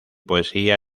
poesía